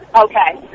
Okay